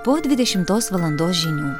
po dvidešimtos valandos žinių